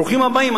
ברוכים הבאים,